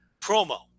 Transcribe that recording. promo